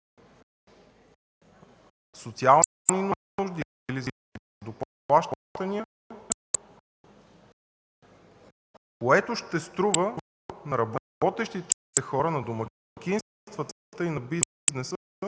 социални нужди или за доплащания, което ще струва на работещите хора, на домакинствата и на бизнеса